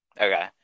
Okay